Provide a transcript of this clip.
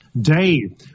day